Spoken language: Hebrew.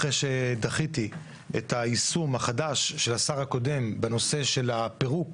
אחרי שדחיתי את היישום החדש של השר הקודם בנושא פירוק